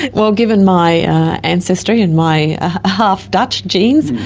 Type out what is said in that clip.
like well, given my ancestry and my half-dutch genes,